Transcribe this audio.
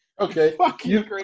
Okay